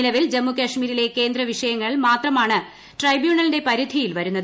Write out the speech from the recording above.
നിലവിൽ ജമ്മു കശ്മീരിലെ കേന്ദ്ര വിഷയങ്ങൾ മാത്രമാണ് ട്രൈബ്യൂണലിന്റെ പരിധിയിൽ വരുന്നത്